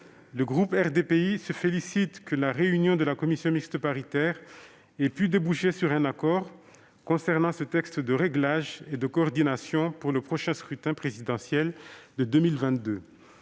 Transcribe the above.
Le groupe RDPI se félicite que la réunion de la commission mixte paritaire ait pu déboucher sur un accord concernant ce texte de réglage et de coordination pour le prochain scrutin présidentiel de 2022.